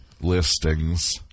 listings